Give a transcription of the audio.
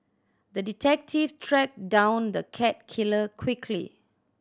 the detective tracked down the cat killer quickly